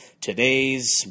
today's